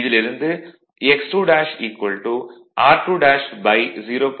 இதிலிருந்து x2 r20